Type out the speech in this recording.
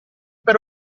per